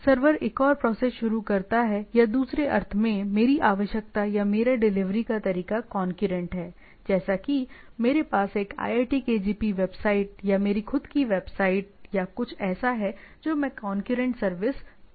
server एक और process शुरू करता है या दूसरे अर्थ में मेरी आवश्यकता या मेरा डिलीवरी का तरीका कौनक्यूरेंट है जैसे कि मेरे पास एक iitkgp वेबसाइट या मेरी खुद की वेबसाइट या कुछ ऐसा है जो मैं कौनक्यूरेंट सर्विस कर सकता हूं